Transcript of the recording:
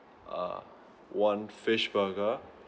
uh one fish burger